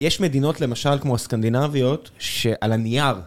יש מדינות, למשל, כמו הסקנדינביות, שעל הנייר...